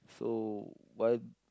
so what